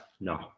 no